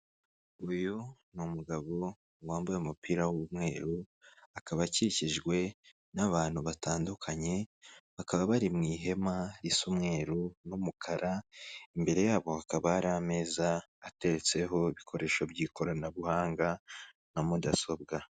Uyu ni umugabo wambaye umupira w'umweru akaba akikijwe n'abantu batandukanye bakaba bari mu ihema risa umweru n'umukara imbere yabo hakaba ari ameza ateretseho ibikoresho by'ikoranabuhanga na mudasobwa.